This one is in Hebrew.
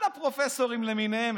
כל הפרופסורים למיניהם.